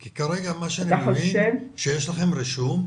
כי כרגע מה שאני מבין הוא שיש לכם רישום,